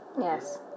Yes